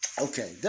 Okay